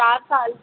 चार साल